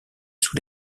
sous